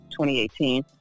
2018